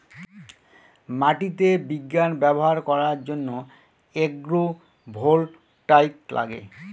মাটিতে বিজ্ঞান ব্যবহার করার জন্য এগ্রো ভোল্টাইক লাগে